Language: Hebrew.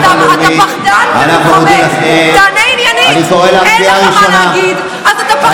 תענה עניינית, אל תתחמק.